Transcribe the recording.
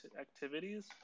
activities